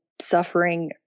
suffering